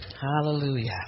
Hallelujah